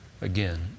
again